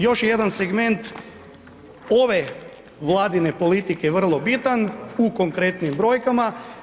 Još jedan segment ove Vladine politike vrlo bitan u konkretnim brojkama.